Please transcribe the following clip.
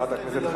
לא לזה ולא לזה.